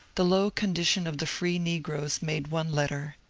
the low condition of the free negroes made one letter,